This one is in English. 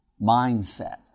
mindset